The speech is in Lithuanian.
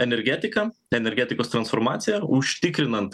energetika energetikos transformacija užtikrinant